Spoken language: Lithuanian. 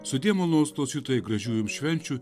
sudie malonūs klausytojai gražių jum švenčių